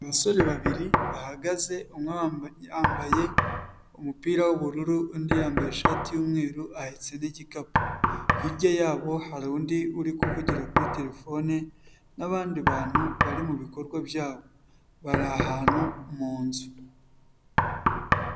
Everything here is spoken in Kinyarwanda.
Abasore babiri bahagaze umwe yambaye umupira w'ubururu, undi yambaye ishati y'umweru ahetse n'igikapu, hirya yabo hari undi uri kuvugira kuri terefone n'abandi bantu bari mu bikorwa byabo bari ahantu mu nzu.